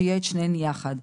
שיהיו שתיהן יחד,